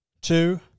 two